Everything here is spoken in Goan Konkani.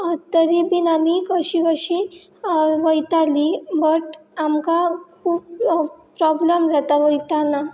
तरी बीन आमी कशी कशी वयतालीं बट आमकां खूब प्रोब्लम जाता वयताना